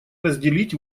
разделить